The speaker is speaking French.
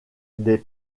des